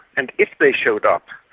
and if they showed up,